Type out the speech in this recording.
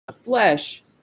flesh